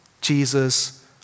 Jesus